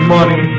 Money